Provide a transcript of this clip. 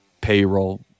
payroll